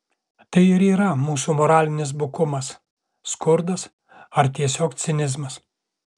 tai ir yra mūsų moralinis bukumas skurdas ar tiesiog cinizmas